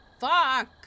Fuck